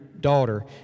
daughter